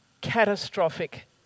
catastrophic